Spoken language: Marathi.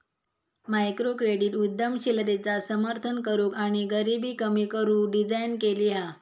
मायक्रोक्रेडीट उद्यमशीलतेचा समर्थन करूक आणि गरीबी कमी करू डिझाईन केली हा